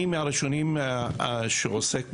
אני מהראשונים שעוסק בתחום.